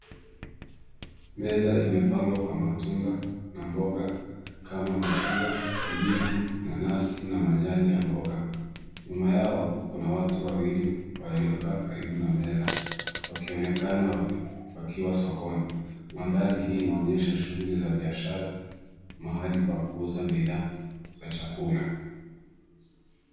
Meza imepangwa kwa matunda na mboga kama machungwa , ndizi nanazi ,na majani ya mboga, nyuma yao kuna watu wawili waliokaa karibu na meza, wakionekana wakiwa sokoni mandhari hii inaonyesha shughli za biashara mahali pa kuuza bidhaa sio chakula .